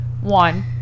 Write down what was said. one